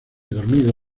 dormido